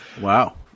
wow